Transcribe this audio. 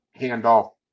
handoff